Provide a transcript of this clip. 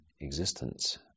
existence